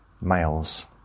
males